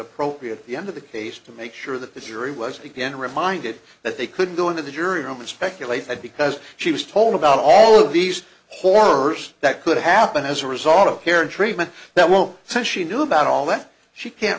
appropriate at the end of the case to make sure that the jury was began reminded that they couldn't go into the jury room and speculate that because she was told about all of these horrors that could happen as a result of care and treatment that won't since she knew about all that she can't